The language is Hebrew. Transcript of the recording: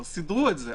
סידרו את זה.